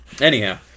Anyhow